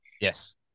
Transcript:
Yes